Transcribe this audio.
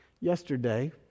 Yesterday